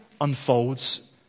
unfolds